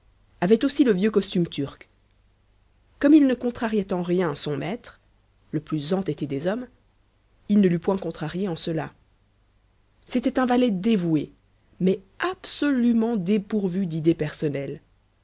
avait aussi le vieux costume turc comme il ne contrariait en rien son maître le plus entêté des hommes il ne l'eût point contrarié en cela c'était un valet dévoué mais absolument dépourvu d'idées personnelles